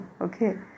Okay